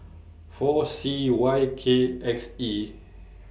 four C Y K X E